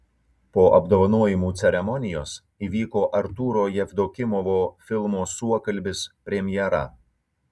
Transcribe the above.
po apdovanojimų ceremonijos įvyko artūro jevdokimovo filmo suokalbis premjera